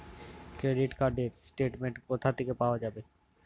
Credit card র statement কোথা থেকে পাওয়া যাবে?